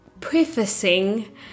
Prefacing